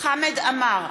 חמד עמאר,